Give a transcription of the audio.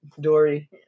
Dory